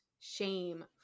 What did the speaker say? shame